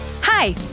Hi